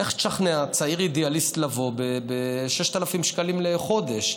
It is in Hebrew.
לך תשכנע צעיר אידיאליסט לבוא ב-6,000 שקלים לחודש.